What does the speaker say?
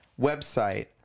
website